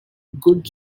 good